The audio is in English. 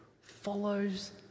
follows